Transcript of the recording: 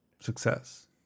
success